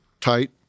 tight